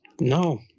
no